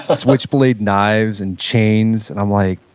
ah switchblade knives, and chains. and i'm like,